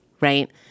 right